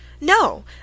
No